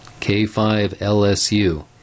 K5LSU